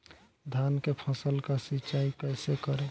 धान के फसल का सिंचाई कैसे करे?